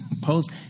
post